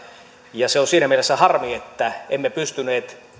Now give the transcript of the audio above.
ja se on siinä mielessä harmi että emme pystyneet